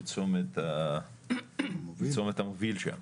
בצומת המוביל שם,